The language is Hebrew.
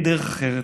אין דרך אחרת.